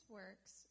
works